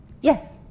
Yes